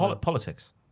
politics